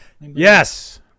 Yes